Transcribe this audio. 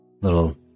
little